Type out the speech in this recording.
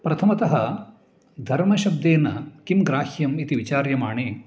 प्रथमतः धर्मशब्देन किं ग्राह्यम् इति विचार्यमाणे